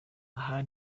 aha